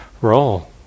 role